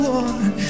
one